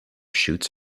shoots